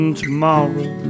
tomorrow